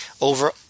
over